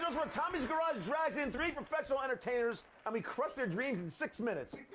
where tommy's garage drags in three professional entertainers and we crush their dreams in six minutes.